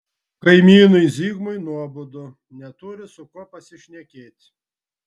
kaimynui zigmui nuobodu neturi su kuo pasišnekėti